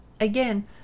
Again